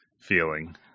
feeling